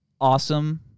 awesome